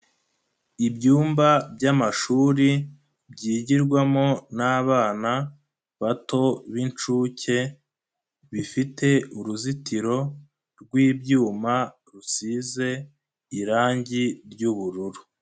Ibyumba by'amashuri byigirwamo n'abana bato b'inshuke bifite uruzitiro rw'ibyuma rusize irangi ry'ubururu.